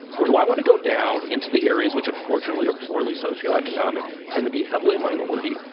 or do i want to go down into the areas which unfortunately are poorly socioeconomic, tend to be heavily minority,